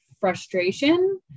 frustration